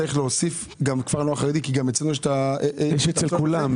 צריך להוסיף גם כפר נוער חרדי כי יש- -- יש אצל כולם.